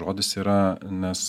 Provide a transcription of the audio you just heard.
žodis yra nes